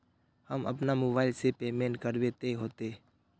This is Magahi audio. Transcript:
हम अपना मोबाईल से पेमेंट करबे ते होते?